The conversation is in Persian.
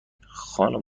خانم